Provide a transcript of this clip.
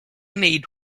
need